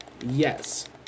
Yes